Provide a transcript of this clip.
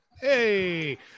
Hey